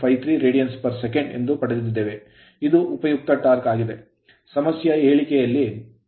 53 rad sec ಎಂದು ಪಡೆದಿದ್ದೇವೆ ಇದು ಉಪಯುಕ್ತ ಟಾರ್ಕ್ ಆಗಿದೆ ಸಮಸ್ಯೆಯ ಹೇಳಿಕೆಯಲ್ಲಿ 160 ನ್ಯೂಟನ್ ಮೀಟರ್ ಎಂದು ನೀಡಲಾಗಿದೆ